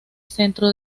centro